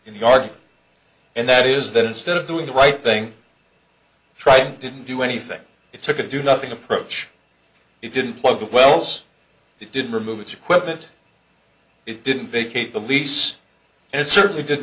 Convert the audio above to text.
in the arctic and that is that instead of doing the right thing tried didn't do anything it took a do nothing approach it didn't plug the wells they didn't remove its equipment it didn't vacate the lease and it certainly did